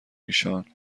ایشان